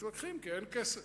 מתווכחים כי אין כסף.